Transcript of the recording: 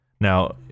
Now